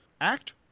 Act